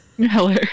Hello